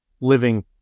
living